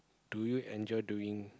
do you enjoy doing